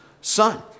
son